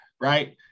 right